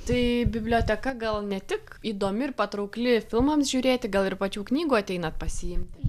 tai biblioteka gal ne tik įdomi ir patraukli filmams žiūrėti gal ir pačių knygų ateinat pasiimti